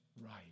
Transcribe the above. Right